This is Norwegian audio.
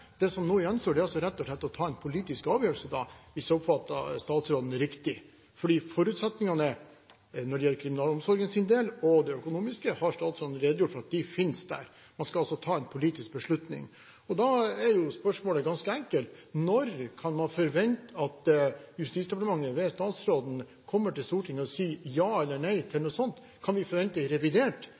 Det som gjenstår nå, er rett og slett å ta en politisk avgjørelse, hvis jeg oppfattet statsråden riktig. Når det gjelder forutsetningene for kriminalomsorgen og det økonomiske, har statsråden redegjort for at de finnes der. Man skal altså ta en politisk beslutning. Da er jo spørsmålet ganske enkelt. Når kan man forvente at Justisdepartementet ved statsråden kommer til Stortinget og sier ja eller nei til noe sånt? Kan vi forvente det i revidert,